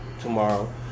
tomorrow